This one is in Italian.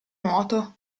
nuoto